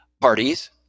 Parties